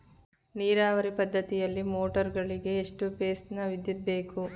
ನೀರಾವರಿ ಪದ್ಧತಿಯಲ್ಲಿ ಮೋಟಾರ್ ಗಳಿಗೆ ಎಷ್ಟು ಫೇಸ್ ನ ವಿದ್ಯುತ್ ಬೇಕು?